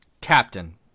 Captain